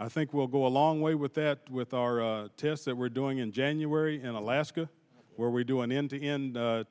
i think will go a long way with that with our test that we're doing in january in alaska where we do an end